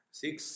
six